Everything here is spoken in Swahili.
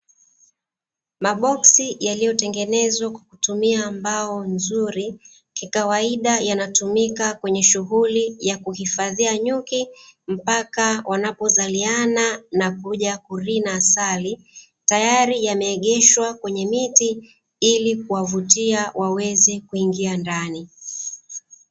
Maboksi yaliyotengenezwa kwa kutumia mbao nzuri kikawaida yanatumika kwenye shughuli ya kuhifadhia nyuki mpaka wanapozaliana na kuja kulina asali, tayari yameegeshwa kwenye miti ili kuwavutia waweze kuingia ndani.